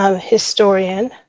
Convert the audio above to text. historian